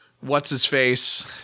what's-his-face